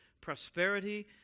prosperity